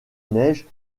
neige